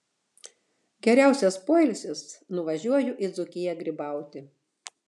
geriausias poilsis nuvažiuoju į dzūkiją grybauti